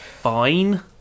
fine